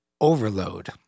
overload